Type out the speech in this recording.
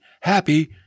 happy